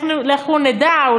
לכו תדעו,